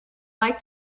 like